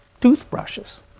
toothbrushes